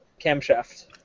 camshaft